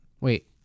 wait